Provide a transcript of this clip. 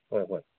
ꯍꯣꯏ ꯍꯣꯏ